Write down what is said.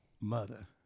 Mother